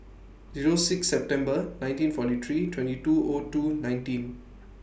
Zero six September nineteen forty three twenty two O two nineteen